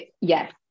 Yes